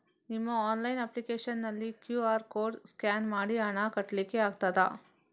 ನಿಮ್ಮ online application ನಲ್ಲಿ QR code scan ಮಾಡಿ ಹಣ ಕಟ್ಲಿಕೆ ಆಗ್ತದ?